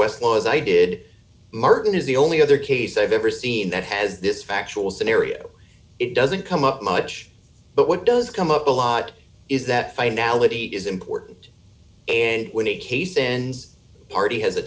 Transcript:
westlaw as i did martin is the only other case i've ever seen that has this factual scenario it doesn't come up much but what does come up a lot is that finality is important and when a case ends party has the